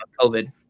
COVID